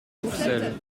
courcelles